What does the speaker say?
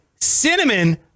cinnamon